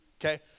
okay